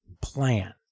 plan